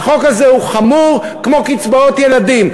החוק הזה חמור כמו קצבאות ילדים.